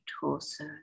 torso